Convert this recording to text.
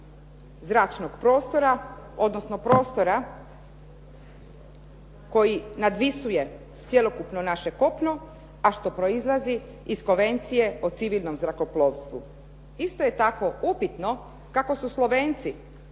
zračnog prostora, odnosno prostora koji nadvisuje cjelokupno naše kopno, a što proizlazi iz konvencije o civilnom zrakoplovstvu. Isto je tako upitno kako su Slovenci